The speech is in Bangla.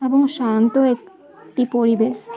এবং শান্ত একটি পরিবেশ